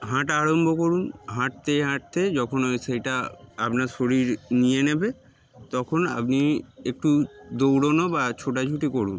হাঁটা আরম্ভ করুন হাঁটতে হাঁটতে যখন ওই সেটা আপনার শরীর নিয়ে নেবে তখন আপনি একটু দৌড়োনো বা ছোটাছুটি করুন